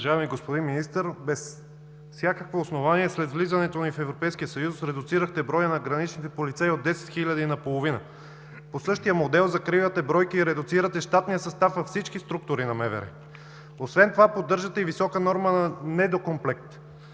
Уважаеми господин Министър, без всякакво основание след влизането ни в Европейския съюз редуцирахте броя на граничните полицаи от 10 хиляди наполовина. По същия модел закривате бройки и редуцирате щатния състав във всички структури на МВР, а освен това поддържате и висока норма „недокомплект“.